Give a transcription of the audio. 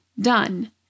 Done